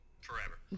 forever